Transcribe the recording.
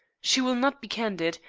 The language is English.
she will not be candid.